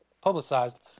publicized